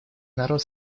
народ